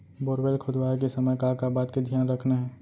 Borewell खोदवाए के समय का का बात के धियान रखना हे?